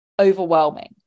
Overwhelming